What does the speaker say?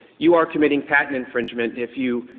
you are committing patent infringement if you